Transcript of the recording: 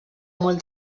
molt